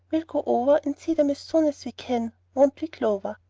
we'll go over and see them as soon as we can, won't we, clover?